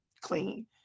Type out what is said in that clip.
clean